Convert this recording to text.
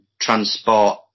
transport